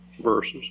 verses